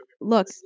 Look